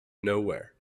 nowhere